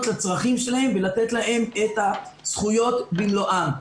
לצרכים שלהם ולתת להם את הזכויות במלואן.